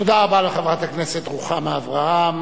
תודה רבה לחברת הכנסת רוחמה אברהם,